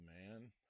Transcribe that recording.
man